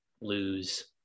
lose